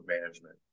management